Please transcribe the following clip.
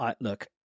look